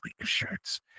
shirts